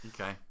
Okay